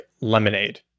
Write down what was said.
Lemonade